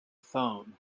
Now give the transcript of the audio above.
phone